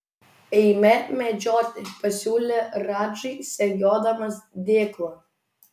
eime medžioti pasiūlė radžai segiodamas dėklą